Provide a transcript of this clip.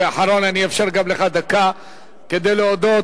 האחרון, אני אאפשר גם לך דקה כדי להודות.